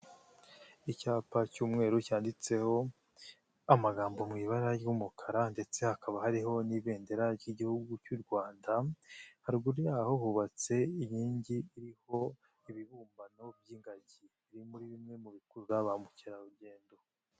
Icyapa cy'umweru cyanditseho amagambo mu ibara ry'umukara ndetse hakaba hariho n'ibendera ry'igihugu cy'u Rwanda, haruguru yaho hubatse inkingi iriho ibibumbano by'ingagi biri muri bimwe mu bikurura ba mukerarugendo.